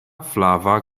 flava